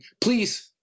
please